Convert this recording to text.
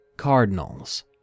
cardinals